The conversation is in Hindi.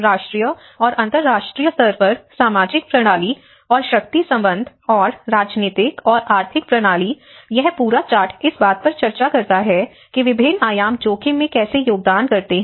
राष्ट्रीय और अंतर्राष्ट्रीय स्तर पर सामाजिक प्रणाली और शक्ति संबंध और राजनीतिक और आर्थिक प्रणाली यह पूरा चार्ट इस बात पर चर्चा करता है कि विभिन्न आयाम जोखिम में कैसे योगदान करते हैं